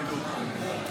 חבריי חברי הכנסת,